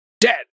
dead